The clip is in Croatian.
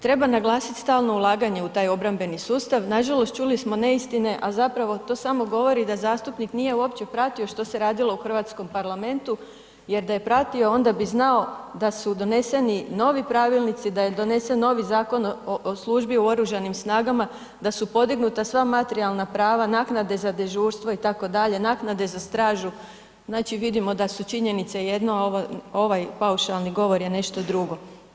Treba naglasit stalno ulaganje u taj obrambeni sustav, nažalost, čuli smo neistine, a zapravo to samo govori da zastupnik nije uopće pratio što se radilo u hrvatskom parlamentu, jer da je pratio onda bi znao da su doneseni novi pravilnici, da je donesen novi Zakon o službi u oružanim snagama, da su podignuta sva materijalna prava naknade za dežurstvo itd., naknade za stražu, znači vidimo da su činjenice jedno, a ovaj paušalni govor je nešto drugo.